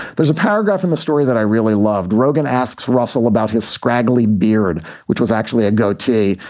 there's a paragraph in the story that i really loved. rogan asks russell about his scraggly beard, which was actually a goatee,